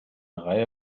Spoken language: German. reihe